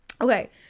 okay